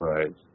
Right